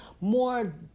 more